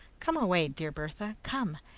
come away, dear bertha! come!